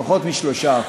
פחות מ-3%.